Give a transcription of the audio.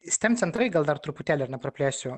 steam centrai gal dar truputėlį ar ne nepraplėsčiau